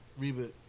Reboot